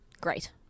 Great